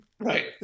Right